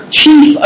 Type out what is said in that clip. chief